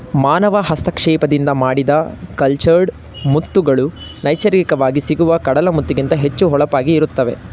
ಮಾನವ ಹಸ್ತಕ್ಷೇಪದಿಂದ ಮಾಡಿದ ಕಲ್ಚರ್ಡ್ ಮುತ್ತುಗಳು ನೈಸರ್ಗಿಕವಾಗಿ ಸಿಗುವ ಕಡಲ ಮುತ್ತಿಗಿಂತ ಹೆಚ್ಚು ಹೊಳಪಾಗಿ ಇರುತ್ತವೆ